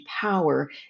power